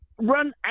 run